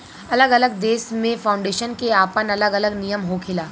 अलग अलग देश में फाउंडेशन के आपन अलग अलग नियम होखेला